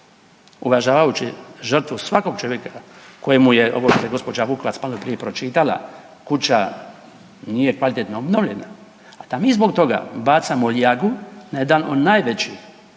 uvažavajući žrtvu svakog čovjeka kojemu je, ovo što je gđa. Vukovac maloprije pročitala, kuća nije kvalitetno obnovljena, a da mi zbog toga bacamo ljagu na jedan od najvećih